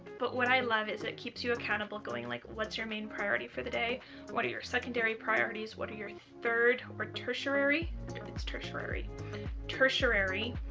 but what i love is it keeps you accountable going like what's your main priority for the day what are your secondary priorities what are your third or tertiary its tertiary tertiary